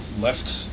left